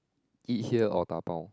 eat here or dabao